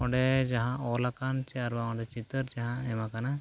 ᱚᱸᱰᱮ ᱡᱟᱦᱟᱸ ᱚᱞᱟᱠᱟᱱ ᱪᱮ ᱟᱨᱚ ᱚᱸᱰᱮ ᱪᱤᱛᱟᱹᱨ ᱡᱟᱦᱟᱸ ᱮᱢᱟᱠᱟᱱᱟ